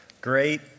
Great